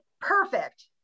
perfect